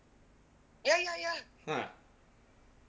ha